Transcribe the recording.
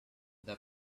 the